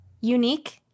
unique